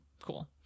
Cool